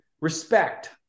respect